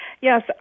Yes